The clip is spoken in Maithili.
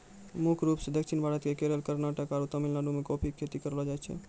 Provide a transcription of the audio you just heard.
मुख्य रूप सॅ दक्षिण भारत के केरल, कर्णाटक आरो तमिलनाडु मॅ कॉफी के खेती करलो जाय छै